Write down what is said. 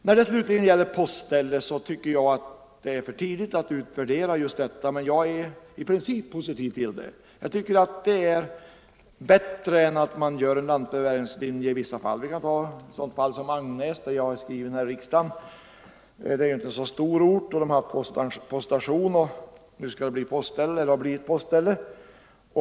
När det så gäller postställe tycker jag det är för tidigt att utvärdera just detta, men jag är i princip positiv till det. Jag tycker att det i vissa fall är bättre än att man gör en lantbrevbäringslinje. Ta t.ex. Agnäs där jag är skriven här i riksdagen. Det är inte en stor ort. Den har haft poststation och nu har det blivit postställe.